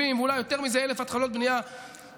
70,000 ואולי ויותר מזה התחלות בנייה בשנה,